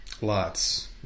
Lots